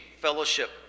fellowship